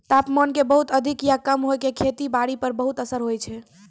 तापमान के बहुत अधिक या कम होय के खेती बारी पर बहुत असर होय छै